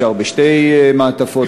אפשר בשתי מעטפות,